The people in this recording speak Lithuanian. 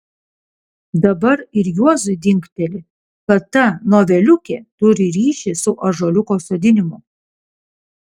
dabar ir juozui dingteli kad ta noveliukė turi ryšį su ąžuoliuko sodinimu